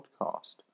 Podcast